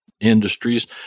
industries